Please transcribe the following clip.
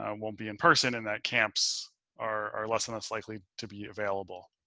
um won't be in person in that camps are less and less likely to be available.